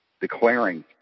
declaring